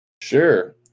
Sure